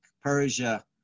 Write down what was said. Persia